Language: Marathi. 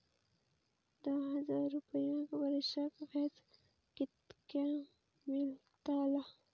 दहा हजार रुपयांक वर्षाक व्याज कितक्या मेलताला?